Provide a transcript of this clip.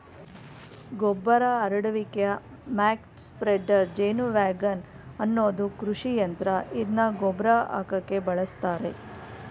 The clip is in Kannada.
ಗೊಬ್ಬರ ಹರಡುವಿಕೆಯ ಮಕ್ ಸ್ಪ್ರೆಡರ್ ಜೇನುವ್ಯಾಗನ್ ಅನ್ನೋದು ಕೃಷಿಯಂತ್ರ ಇದ್ನ ಗೊಬ್ರ ಹಾಕಕೆ ಬಳುಸ್ತರೆ